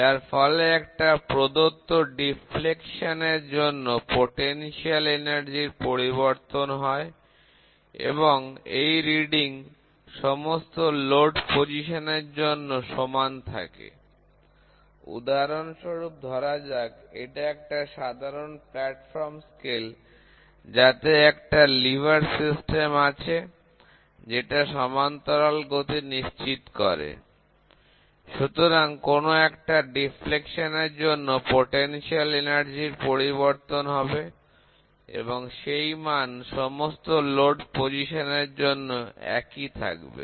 যার ফলে একটা প্রদত্ত বিচ্যুতির জন্য স্থিতিস্থাপক শক্তির পরিবর্তন হয় এবং এই ফলাফল সমস্ত লোড পজিশন র জন্য সমান থাকে উদাহরণস্বরূপ ধরা যাক এটা একটা সাধারণ প্লাটফর্ম স্কেল যাতে একটা লিভার সিস্টেম আছে যেটা সমান্তরাল গতি নিশ্চিত করে সুতরাং কোন একটা বিচ্যুতির জন্য পোটেনশিয়াল এনার্জি পরিবর্তন হবে এবং সেই মান সমস্ত লোড পজিশন র জন্য একই থাকবে